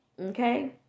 Okay